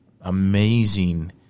amazing